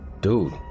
Dude